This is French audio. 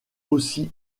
aussi